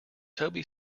toby